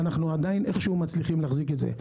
ואנחנו איכשהו מצליחים להחזיק את זה.